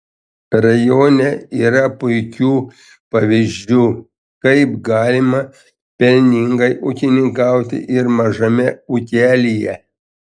rajone yra puikių pavyzdžių kaip galima pelningai ūkininkauti ir mažame ūkelyje